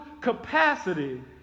capacity